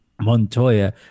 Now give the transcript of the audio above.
Montoya